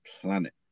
planet